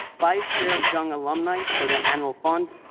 vice chair of young alumni for the annal fund,